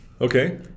Okay